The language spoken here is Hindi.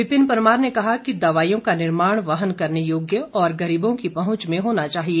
विपिन परमार ने कहा कि दवाईयों का निर्माण वहन करने योग्य और गरीबों की पहुंच में होना चाहिए